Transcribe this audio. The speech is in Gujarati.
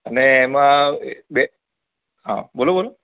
અને એમાં બે હા બોલો બોલો